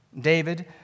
David